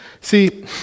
See